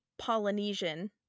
Polynesian